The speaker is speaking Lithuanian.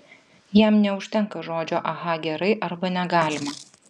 jam neužtenka žodžio aha gerai arba negalima